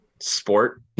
sport